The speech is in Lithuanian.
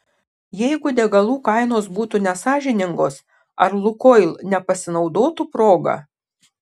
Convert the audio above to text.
jeigu degalų kainos būtų nesąžiningos ar lukoil nepasinaudotų proga